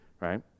right